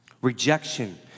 Rejection